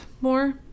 more